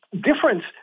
difference